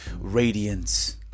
radiance